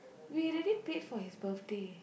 we already paid for his birthday